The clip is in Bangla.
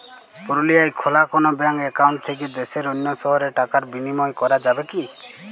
পুরুলিয়ায় খোলা কোনো ব্যাঙ্ক অ্যাকাউন্ট থেকে দেশের অন্য শহরে টাকার বিনিময় করা যাবে কি?